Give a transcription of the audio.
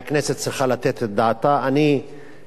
שהכנסת צריכה לתת את דעתה עליו.